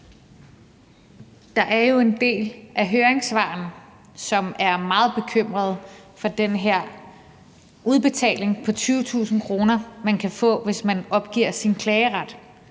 (EL): I en del af høringssvarene gives der udtryk for stor bekymring over den her udbetaling på 20.000 kr., man kan få, hvis man opgiver sin klageret.